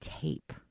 tape